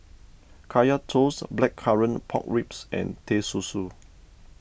Kaya Toast Blackcurrant Pork Ribs and Teh Susu